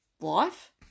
life